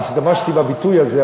אני השתמשתי בביטוי הזה,